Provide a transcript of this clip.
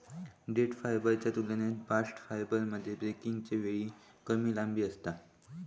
देठ फायबरच्या तुलनेत बास्ट फायबरमध्ये ब्रेकच्या वेळी कमी लांबी असता